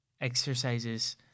exercises